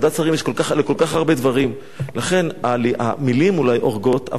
לכן המלים אולי הורגות, אבל אטימות במקרה הזה היא